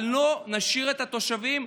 אבל לא נשאיר את התושבים,